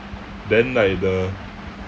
then like the